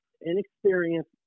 inexperienced